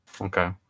Okay